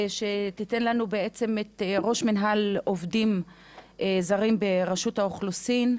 ראש מינהל עובדים זרים ברשות האוכלוסין,